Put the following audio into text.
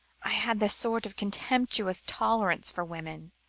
i had the sort of contemptuous tolerance for women,